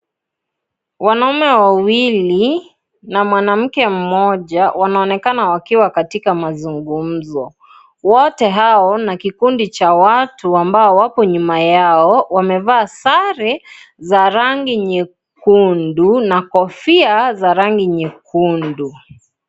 Wanaume wawili na mwanamke mmoja, wanaonekana wakiwa katika mazungumzo. Wote hao na kikundi cha watu ambao wako nyuma yao, wamevaa sare za rangi nyekundu na kofia, za rangi nyekundu.